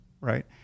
right